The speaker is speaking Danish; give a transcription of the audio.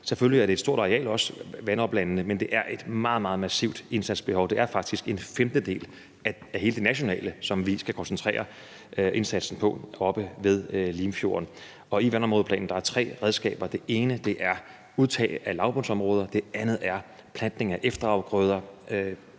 udgør, men der er brug for et meget, meget massivt indsatsbehov. Det er jo faktisk en femtedel af hele det nationale behov, som vi skal koncentrere indsatsen om, oppe ved Limfjorden. I vandområdeplanerne er der tre redskaber: Det ene er udtag af lavbundsområder; det andet er groft sagt plantning af efterafgrøder;